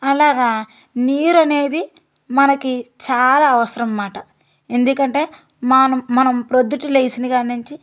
అలాగ నీరు అనేది మనకి చాలా అవసరం అన్నమాట ఎందుకంటే మానం మనం ప్రొద్దుట లేచిన కాడనుంచి